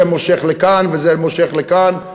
זה מושך לכאן וזה מושך לכאן,